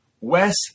Wes